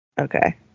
Okay